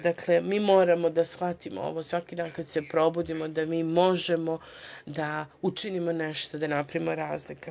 Dakle, mi moramo da shvatimo ovo svaki dan kada se probudimo da mi možemo da učinimo nešto da napravimo razliku.